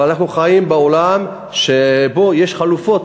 אבל אנחנו חיים בעולם שיש בו חלופות.